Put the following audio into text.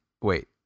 wait